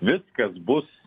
viskas bus